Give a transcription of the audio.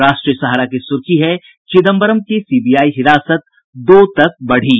राष्ट्रीय सहारा की सुर्खी है चिदंबरम की सीबीआई हिरासत दो तक बढ़ी